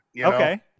Okay